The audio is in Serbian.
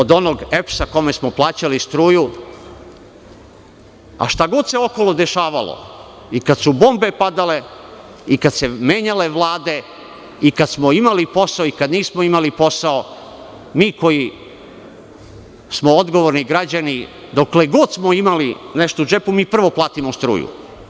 Jedno od onog EPS kome smo plaćali struju, a šta god se okolo dešavalo, i kada su bombe padale, i kad su se menjale vlade, i kad smo imali posao, i kada nismo imali posao, mi koji smo odgovorni građani, dokle god smo imali nešto u džepu, mi prvo platimo struju.